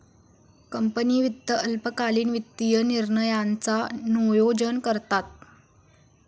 company वित्त अल्पकालीन वित्तीय निर्णयांचा नोयोजन करता